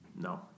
No